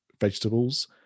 vegetables